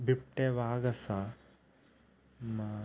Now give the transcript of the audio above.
बिबटे वाग आसा मागीर